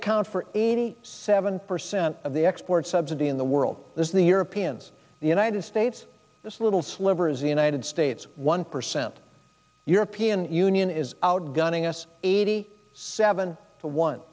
account for eighty seven percent of the export subsidies in the world is the europeans the united states this little sliver is the united states one percent european union is outgunning us eighty seven to one